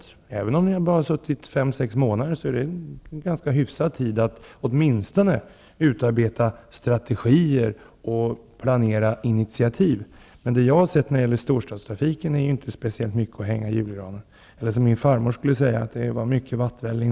Och även om de bara har suttit i regeringsställning under sex månader är det en ganska hyfsad tid för att åtminstone utarbeta strategier och planera initiativ. Men det som jag har sett när det gäller storstadstrafiken är inte mycket att hänga i julgranen. Min farmor skulle ha sagt att det var mycket vattvälling.